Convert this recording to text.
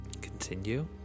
Continue